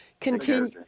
continue